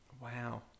Wow